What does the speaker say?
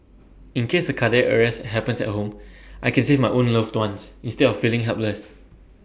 in case A cardiac arrest happens at home I can save my own loved ones instead of feeling helpless